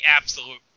absolute